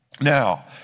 Now